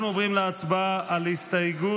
אנחנו עוברים להצבעה על ההסתייגות